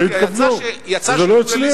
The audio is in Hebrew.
לזה התכוונו, וזה לא הצליח.